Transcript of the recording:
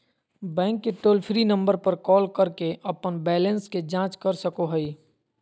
bank के toll free number पर call करके अपन बैलेंस के जांच कर सको हइ